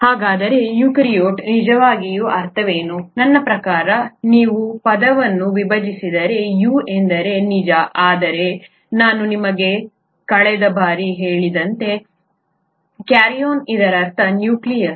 ಹಾಗಾದರೆ ಯುಕ್ಯಾರಿಯೋಟ್ ನಿಜವಾಗಿಯೂ ಅರ್ಥವೇನು ನನ್ನ ಪ್ರಕಾರ ನೀವು ಪದವನ್ನು ವಿಭಜಿಸಿದರೆ ಯು ಎಂದರೆ ನಿಜ ಆದರೆ ನಾನು ನಿಮಗೆ ಕಳೆದ ಬಾರಿ ಹೇಳಿದಂತೆ ಕ್ಯಾರಿಯನ್ ಇದರರ್ಥ ನ್ಯೂಕ್ಲಿಯಸ್